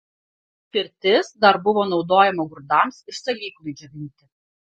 pirtis dar buvo naudojama grūdams ir salyklui džiovinti